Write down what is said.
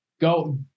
go